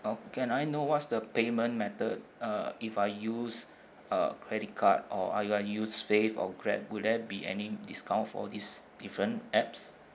oh can I know what's the payment method uh if I use uh credit card or I u~ I use fave or grab would there be any discount for these different apps